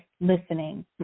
listening